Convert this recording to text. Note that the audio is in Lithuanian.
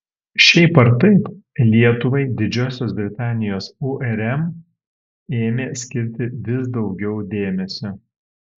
šiaip ar taip lietuvai didžiosios britanijos urm ėmė skirti vis daugiau dėmesio